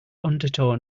undertow